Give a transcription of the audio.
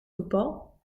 voetbal